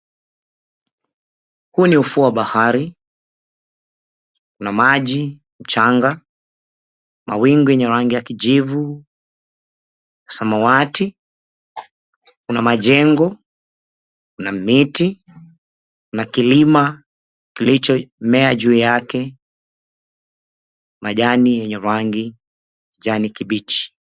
Huu ni ufuo wa bahari, kuna maji, mchanga, mawingu yenye rangi ya kijivu samawati, 𝑘una majengo, kuna miti, kuna kilima kilichomea juu yake, majani yenye rangi ya kijani kibichi.